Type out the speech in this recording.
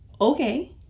okay